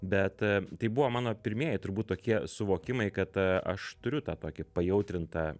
bet tai buvo mano pirmieji turbūt tokie suvokimai kad aš turiu tą tokį pajautrintą